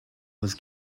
was